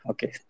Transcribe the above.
Okay